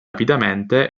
rapidamente